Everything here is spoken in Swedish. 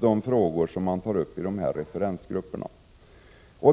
De frågor man tar upp i referensgrupperna följs inte upp.